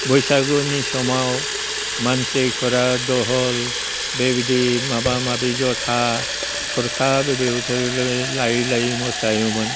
बैसागुनि समाव मानसिफोरा दहल बेबायदि माबा माबि जथा थरखा बे लायै लायै मोसायोमोन